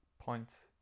points